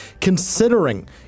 considering